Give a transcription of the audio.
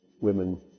women